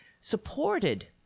supported